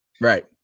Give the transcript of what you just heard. Right